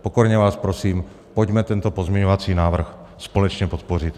Pokorně vás prosím, pojďme tento pozměňovací návrh společně podpořit.